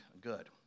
good